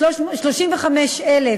כ-35,000